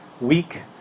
Week